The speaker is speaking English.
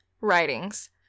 writings